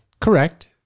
Correct